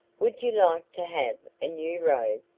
would you like to have a new robe?